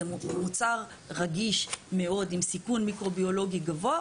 זה מוצר רגיש מאוד עם סיכון מיקרוביולוגי גבוה.